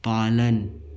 पालन